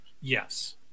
yes